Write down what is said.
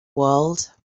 world